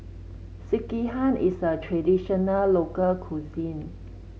Sekihan is a traditional local cuisine